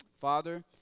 Father